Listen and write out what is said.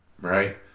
right